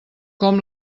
com